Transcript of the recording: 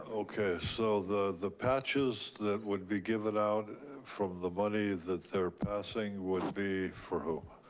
okay, so the the patches that would be given out from the money that they're passing would be for who?